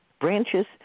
branches